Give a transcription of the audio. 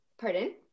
pardon